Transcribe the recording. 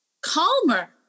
calmer